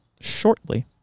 shortly